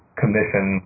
commission